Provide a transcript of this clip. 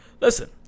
Listen